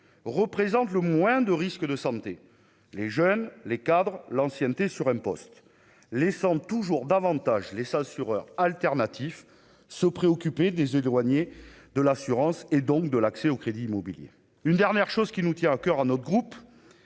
représente le moins de risques de santé, les jeunes, les cadres, l'ancienneté sur un poste laissant toujours davantage les assureurs alternatif ce préoccuper des éloigné de l'assurance et donc de l'accès au crédit immobilier, une dernière chose qui nous tient à coeur à nos groupes,